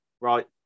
right